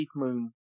SafeMoon